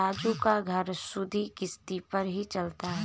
राजू का घर सुधि किश्ती पर ही चलता है